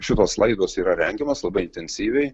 šitos laidos yra rengiamos labai intensyviai